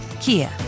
Kia